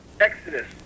Exodus